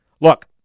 Look